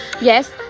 yes